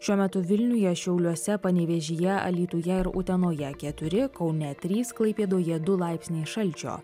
šiuo metu vilniuje šiauliuose panevėžyje alytuje ir utenoje keturi kaune trys klaipėdoje du laipsniai šalčio